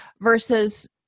versus